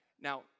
Now